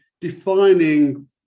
defining